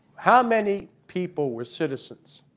how many people were citizens